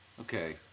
Okay